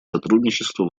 сотрудничество